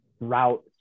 route